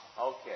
Okay